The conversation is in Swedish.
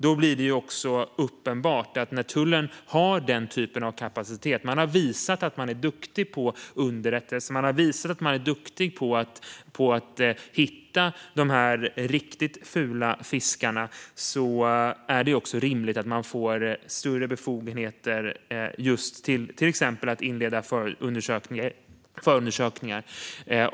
Då blir det uppenbart att när tullen har den typen av kapacitet, när man har visat att man är duktig på underrättelser och på att hitta de riktigt fula fiskarna, är det rimligt att man får större befogenheter att till exempel inleda förundersökningar.